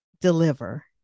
deliver